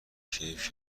کیف